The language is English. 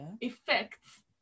effects